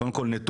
קודם כל נתונים,